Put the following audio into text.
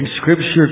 Scripture